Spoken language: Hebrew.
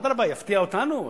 אדרבה, יפתיע אותנו.